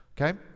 okay